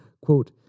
Quote